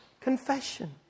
Confession